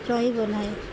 ରହିବ ନାଇଁ